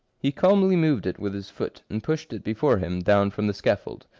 he calmly moved it with his foot, and pushed it before him down from the scaffold.